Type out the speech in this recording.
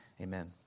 Amen